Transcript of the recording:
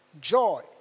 joy